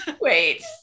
wait